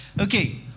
Okay